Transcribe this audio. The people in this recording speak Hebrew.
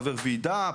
חבר ועידה,